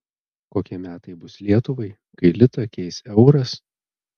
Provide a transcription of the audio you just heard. kokie metai bus lietuvai kai litą keis euras